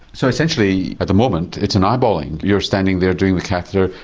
so essentially at the moment it's an eyeballing, you're standing there doing the catheter,